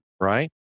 right